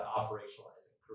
operationalizing